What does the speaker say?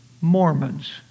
Mormons